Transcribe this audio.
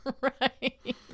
Right